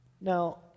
Now